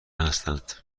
هستند